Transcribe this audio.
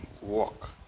walk